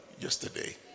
yesterday